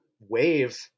wave